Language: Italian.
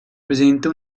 presente